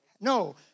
No